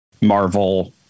Marvel